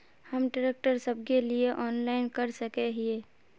हम ट्रैक्टर सब के लिए ऑनलाइन कर सके हिये?